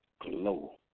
glow